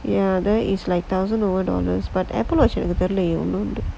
ya that is like thousand over dollars but Apple watch எனக்கு தெரிலையே ஒன்னு:enakku therilayae onnu